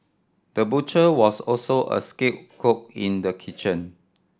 the butcher was also a skilled cook in the kitchen